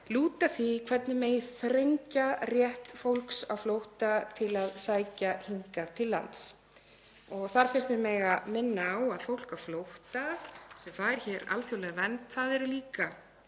lúti að því hvernig megi þrengja rétt fólks á flótta til að sækja hingað til lands. Þar finnst mér mega minna á að fólk á flótta sem fær hér alþjóðlega vernd er líka